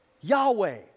Yahweh